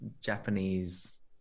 Japanese